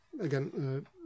again